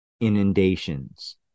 inundations